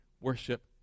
Worship